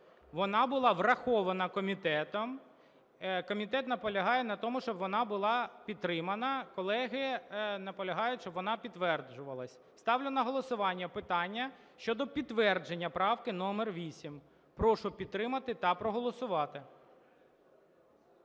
Вона була врахована комітетом. Комітет наполягає на тому, щоб вона була підтримана. Колеги, наполягають, щоб вона підтверджувалась. Ставлю на голосування питання щодо підтвердження правки номер 8. Прошу підтримати та проголосувати.